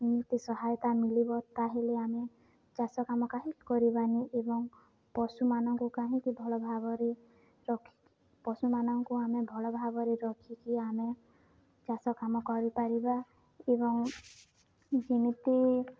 ଏମିତି ସହାୟତା ମଳିବ ତାହେଲେ ଆମେ ଚାଷ କାମ କାହିଁକି କରିବାନି ଏବଂ ପଶୁମାନଙ୍କୁ କାହିଁକି ଭଲ ଭାବରେ ରଖି ପଶୁମାନଙ୍କୁ ଆମେ ଭଲଭାବରେ ରଖିକି ଆମେ ଚାଷ କାମ କରିପାରିବା ଏବଂ ଯେମିତି